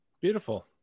Beautiful